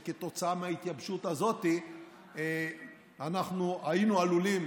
וכתוצאה מההתייבשות הזאת היינו עלולים